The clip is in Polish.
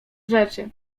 rzeczy